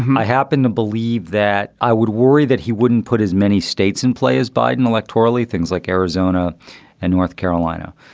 um i happen to believe that. i would worry that he wouldn't put as many states in play as biden electorally, things like arizona and north carolina.